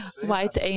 white